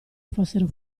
fossero